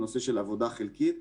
הנושא של עבודה חלקית,